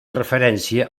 referència